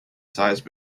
sized